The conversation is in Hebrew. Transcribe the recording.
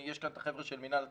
יש כאן את החבר'ה של משרד התחבורה.